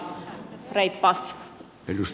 arvoisa puhemies